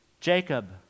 Jacob